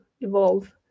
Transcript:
evolve